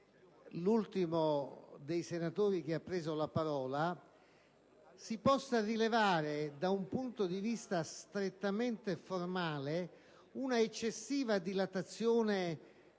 fa il collega che ha preso la parola si possa rilevare da un punto di vista strettamente formale una eccessiva dilatazione